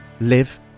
live